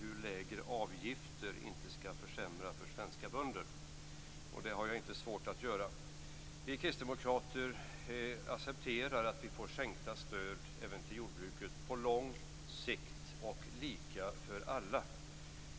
hur lägre avgifter inte skall försämra för svenska bönder, och det har jag inte svårt att göra. Vi kristdemokrater accepterar att vi får sänkta stöd även till jordbruket på lång sikt och lika för alla.